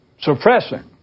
suppressing